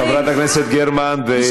חברות הכנסת גרמן וכהן-פארן.